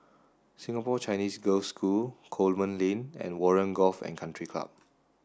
Singapore Chinese Girls' School Coleman Lane and Warren Golf and Country Club